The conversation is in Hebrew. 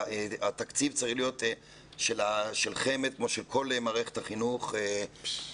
התקציב של חמ"ד צריך להיות כמו שכל מערכת החינוך צריכה